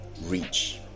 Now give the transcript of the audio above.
reach